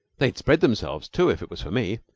they'd spread themselves, too, if it was for me.